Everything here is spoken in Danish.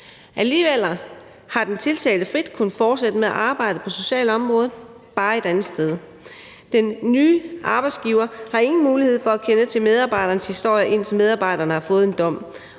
Alligevel har den tiltalte frit kunnet fortsætte med at arbejde på socialområdet, bare et andet sted. Den nye arbejdsgiver har ingen mulighed for at kende til medarbejderens historie, indtil medarbejderen har fået en dom,